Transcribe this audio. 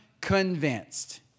convinced